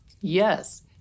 Yes